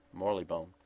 Morleybone